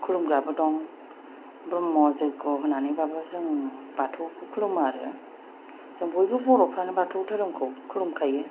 खुलुमग्राबो दं धर्म' जग्य होनानैब्लाबो जों बाथौखौ खुलुमो आरो जों बयबो बर'फ्रानो बाथौ धोरोमखौ खुलुमखायो